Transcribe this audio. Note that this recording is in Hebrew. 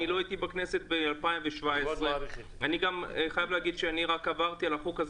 אני לא הייתי בכנסת ב-2017 ואני חייב להגיד שרק עברתי על החוק,